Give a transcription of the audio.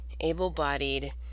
able-bodied